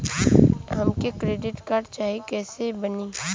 हमके credit card चाही कैसे बनी?